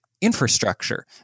infrastructure